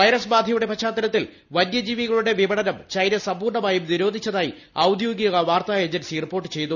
virus ബാധയുടെ പശ്ചാത്തലത്തിൽ വന്യ ജീവികളുടെ വിപണനം ചൈനു സമ്പൂർണ്ണമായും നിരോധിച്ചതായി ഔദ്യോഗിക വാർത്താ ഏജൻസി റിപ്പോർട്ട് ചെയ്തു